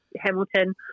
Hamilton